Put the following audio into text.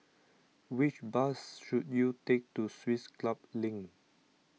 which bus should you take to Swiss Club Link